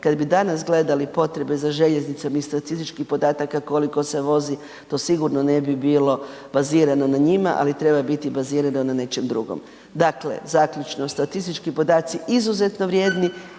kad bi danas gledali potrebe za željeznicom iz statističkih podataka koliko se vozi, to sigurno ne bi bilo bazirano na njima, ali treba biti bazirano na nečem drugom. Dakle, zaključno, statistički podaci izuzetno vrijedni,